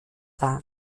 dar